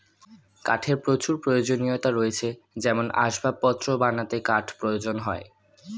কাঠের প্রচুর প্রয়োজনীয়তা রয়েছে যেমন আসবাবপত্র বানাতে কাঠ প্রয়োজন হয়